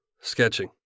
sketching